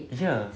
ya